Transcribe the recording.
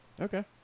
Okay